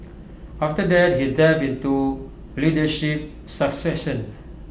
after that he delved into leadership succession